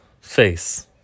face